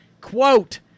Quote